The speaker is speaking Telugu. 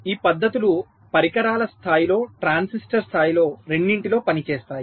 ఈ పద్ధతులు పరికరాల స్థాయిలో ట్రాన్సిస్టర్ స్థాయిలో రెండింటిలో పని చేస్తాయి